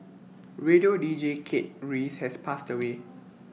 radio deejay Kate Reyes has passed away